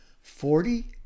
Forty